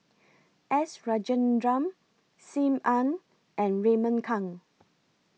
S Rajendran SIM Ann and Raymond Kang